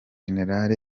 général